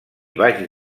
vaig